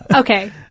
Okay